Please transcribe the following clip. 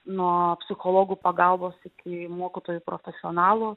nuo psichologų pagalbos į mokytojų profesionalų